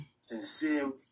sincere